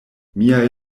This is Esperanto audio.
miaj